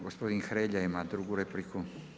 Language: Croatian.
Gospodin Hrelja ima drugu repliku.